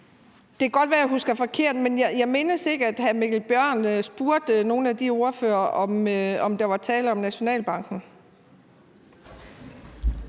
det kan godt være, at jeg husker forkert, men jeg mindes ikke, at hr. Mikkel Bjørn spurgte nogen af de ordførere, om der var tale om Nationalbanken.